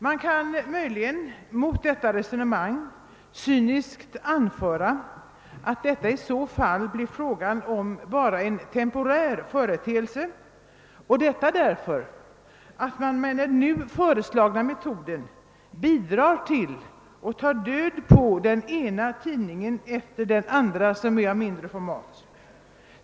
Man kan möjligen mot detta resonemang cyniskt anföra att det i så fall endast blir en temporär företeelse, därför att den nu föreslagna metoden bidrar tili att ta död på den ena tidningen efter den andra som är av mindre format.